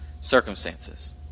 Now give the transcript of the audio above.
circumstances